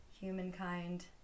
humankind